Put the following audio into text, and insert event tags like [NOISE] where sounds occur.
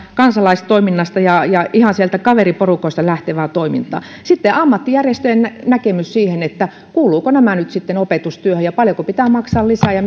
kansalaistoiminnasta ja ja ihan sieltä kaveriporukoista lähtevää toimintaa sitten ammattijärjestöjen näkemys siihen kuuluvatko nämä sitten opetustyöhön ja paljonko pitää maksaa lisää ja [UNINTELLIGIBLE]